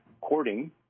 courting